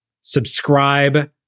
Subscribe